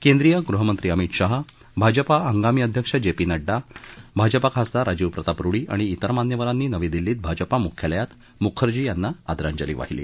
केंद्रीय गृहमंत्री अमित शहा भाजपा हंगामी अध्यक्ष जे पी नड्डा भाजपा खासदार राजीव प्रताप रुडी आणि तिर मान्यवरांनी नवी दिल्लीत भाजपा मुख्यालयात मुखर्जी यांना आदरांजली वाहिली